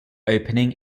opening